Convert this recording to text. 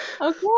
Okay